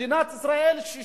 מדינת ישראל 60